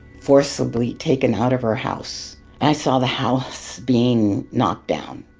forcibly taken out of her house and i saw the house being knocked down.